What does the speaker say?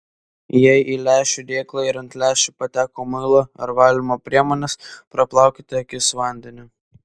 jei į lęšių dėklą ir ant lęšių pateko muilo ar valymo priemonės praplaukite akis vandeniu